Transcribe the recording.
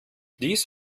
dies